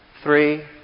Three